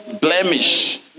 blemish